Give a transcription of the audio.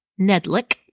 Nedlick